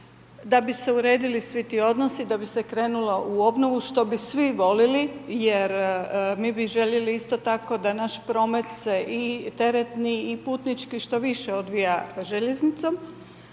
da bi se uredili svi ti odnosi, da bi se krenulo u obnovu, što bi svi volili jer mi bi željeli isto tako da naša promet se i teretni i putnički što više odvija željeznicom,